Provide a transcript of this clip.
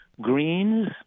greens